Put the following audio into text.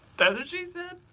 that's what she said!